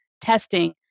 testing